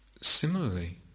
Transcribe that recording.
similarly